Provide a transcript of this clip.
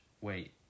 Wait